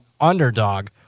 underdog